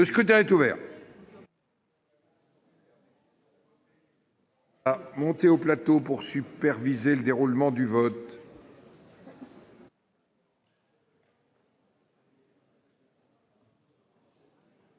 Le scrutin est ouvert.